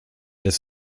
des